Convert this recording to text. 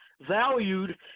valued